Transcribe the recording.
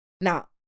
Now